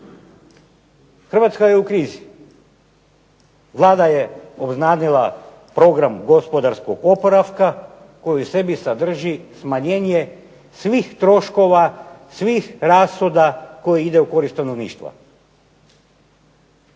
Hrvatska je u krizi. Vlada je obznanila program gospodarskog oporavka koji u sebi sadrži smanjenje svih troškova, svih rashoda koji ide u korist stanovništva.